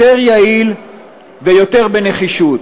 יותר יעיל ויותר בנחישות.